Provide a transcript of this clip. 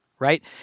right